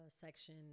section